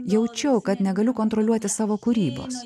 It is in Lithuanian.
jaučiau kad negaliu kontroliuoti savo kūrybos